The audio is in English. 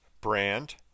brand